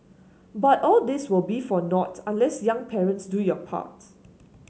but all this will be for nought unless young parents do your part